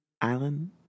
Island